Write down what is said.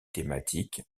thématiques